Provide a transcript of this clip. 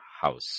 house